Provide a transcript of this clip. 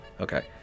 Okay